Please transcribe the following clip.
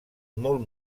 molt